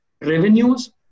revenues